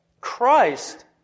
Christ